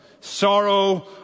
sorrow